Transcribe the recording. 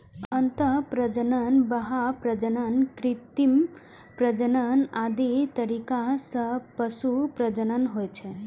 अंतः प्रजनन, बाह्य प्रजनन, कृत्रिम प्रजनन आदि तरीका सं पशु प्रजनन होइ छै